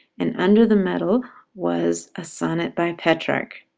and under the medal was a sonnet by petrarch.